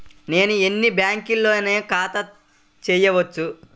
నేను ఎన్ని బ్యాంకులలోనైనా ఖాతా చేయవచ్చా?